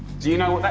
do you know